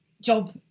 job